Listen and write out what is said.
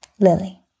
Lily